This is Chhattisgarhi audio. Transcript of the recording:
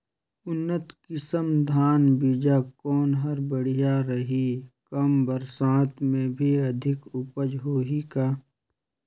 उन्नत किसम धान बीजा कौन हर बढ़िया रही? कम बरसात मे भी अधिक उपज होही का?